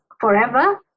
forever